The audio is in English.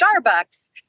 Starbucks